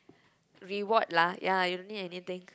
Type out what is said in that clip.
reward lah ya you don't need anything